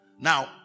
Now